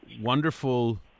wonderful